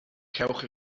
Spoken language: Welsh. cewch